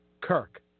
Kirk